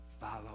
follow